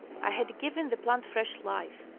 i had given the plant firesh life,